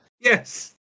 Yes